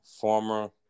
former